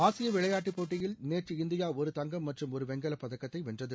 ஆசிய விளையாட்டு போட்டியில் நேற்று இந்தியா ஒரு தங்கம் மற்றும் ஒரு வெங்கலப் பதக்கத்தை வென்றது